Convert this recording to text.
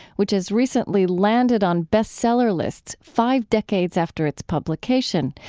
which has recently landed on best-seller lists five decades after its publication,